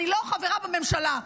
אני לא חברת ממשלה,